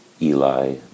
Eli